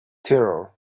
terror